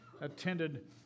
attended